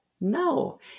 No